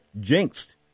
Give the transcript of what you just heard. jinxed